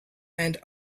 and